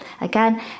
Again